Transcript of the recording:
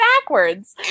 backwards